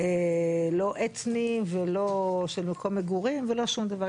לא אתני ולא של מקום מגורים ולא שום דבר,